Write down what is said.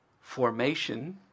formation